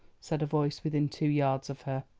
said a voice, within two yards of her.